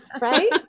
Right